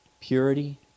purity